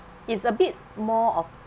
it's a bit more of